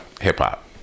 hip-hop